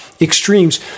extremes